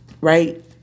Right